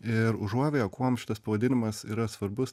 ir užuovėja kuom šitas pavadinimas yra svarbus